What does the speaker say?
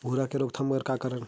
भूरा के रोकथाम बर का करन?